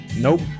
nope